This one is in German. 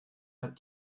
hat